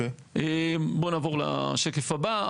בואו נעבור לשקף הבא.